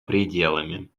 пределами